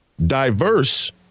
diverse